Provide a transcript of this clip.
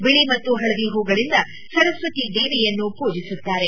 ಬಿಳಿ ಮತ್ತು ಹಳದಿ ಹೂಗಳಿಂದ ಸರಸ್ವತಿ ದೇವಿಯನ್ನು ಪೂಜಿಸುತ್ತಾರೆ